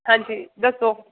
हां जी दस्सो